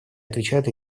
отвечает